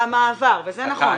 המעבר, וזה נכון.